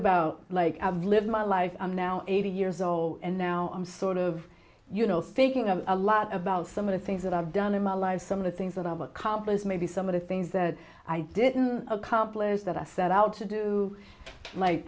about like i've lived my life and now eighty years old and now i'm sort of you know thinking of a lot about some of the things that i've done in my life some of the things that i've accomplished maybe some of the things that i didn't accomplish that i set out to do